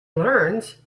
learns